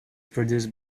produced